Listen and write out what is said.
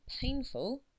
painful